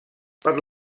per